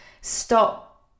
Stop